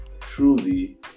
truly